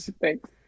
Thanks